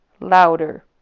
louder